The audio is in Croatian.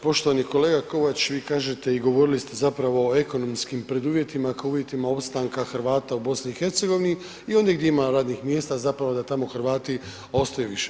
Poštovani kolega Kovač vi kažete i govorili ste zapravo o ekonomskim preduvjetima kao uvjetima opstanka Hrvata u BiH i ondje gdje ima radnih mjesta zapravo da tamo Hrvati ostaju više.